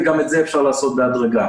וגם את זה אפשר לעשות בהדרגה.